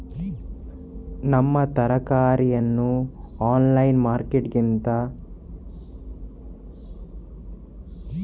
ನಮ್ಮ ತರಕಾರಿಯನ್ನು online marketing ಮಾಡಲು ಎಂತ ಮಾಡುದು?